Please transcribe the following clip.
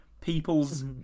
people's